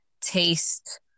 taste